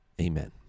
Amen